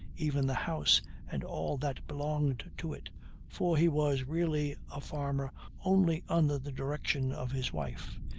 even the house and all that belonged to it for he was really a farmer only under the direction of his wife.